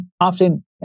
often